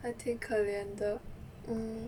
还挺可怜的 mm